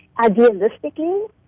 Idealistically